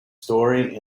story